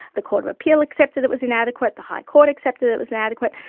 the court of appeal accepted it was inadequate, the high court accepted it was inadequate,